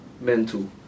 mental